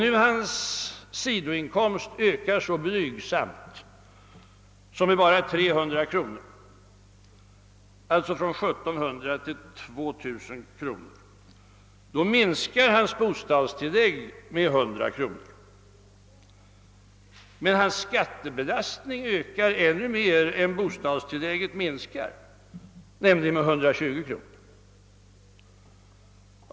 Om hans sidoinkomst ökar så blygsamt som med 300 kronor -— alltså från 1 700 kronor till 2 000 kronor — minskar hans bostadstillägg med 100 kronor, men hans skattebelastning ökar ännu mer än «bostadstillägget minskar, nämligen med 120 kronor.